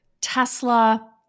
Tesla